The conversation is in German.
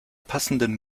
passenden